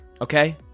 Okay